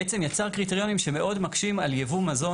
בעצם יצר קריטריונים שמאוד מקשים על ייבוא מזון